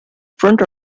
front